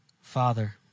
Father